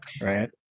Right